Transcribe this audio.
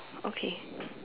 okay